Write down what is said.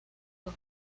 los